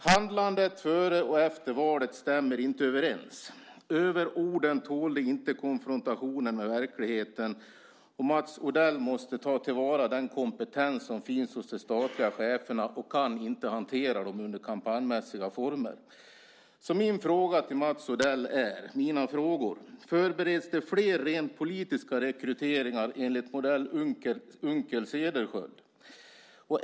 Handlandet före och efter valet stämmer inte överens. Överorden tålde inte konfrontationen med verkligheten. Mats Odell måste ta vara på den kompetens som finns hos de statliga cheferna och kan inte hantera dem under kampanjmässiga former. Mina frågor till Mats Odell är: Förbereds det flera rent politiska rekryteringar enligt modellen Unckel-Cederschiöld?